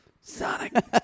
Sonic